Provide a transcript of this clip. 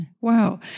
Wow